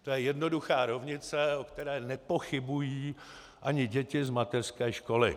To je jednoduchá rovnice, o které nepochybují ani děti z mateřské školy.